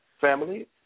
family